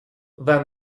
then